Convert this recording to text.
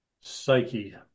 psyche